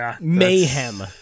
mayhem